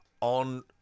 on